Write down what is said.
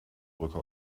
brücke